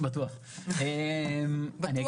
אני אגיד